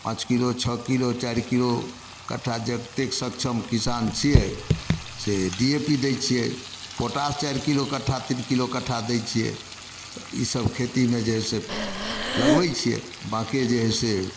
पाँच किलो छओ किलो चारि किलो कट्ठा जतेक सक्षम किसान छियै से डी ए पी दै छियै पोटाश चारि किलो कट्ठा तीन किलो कट्ठा दै छियै ईसब खेतीमे जे है से लगबै छियै बाँकी जे हइ से